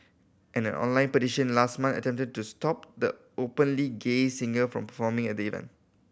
an online petition last month attempted to stop the openly gay singer from performing at the event